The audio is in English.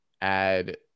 add